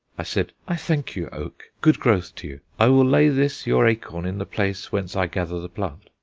i said, i thank you, oak good growth to you. i will lay this your acorn in the place whence i gather the plant.